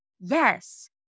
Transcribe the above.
Yes